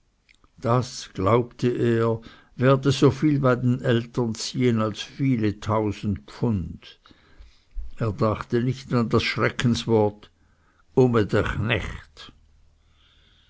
das glaubte er werde so viel bei den eltern ziehen als viele tausend pfund er dachte nicht an das schreckenswort ume dr knecht